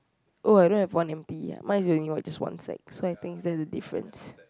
oh I don't have one M P ah mine is really just one side so I think that's the difference